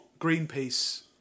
Greenpeace